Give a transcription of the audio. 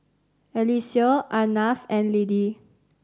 Eliseo Arnav and Lidie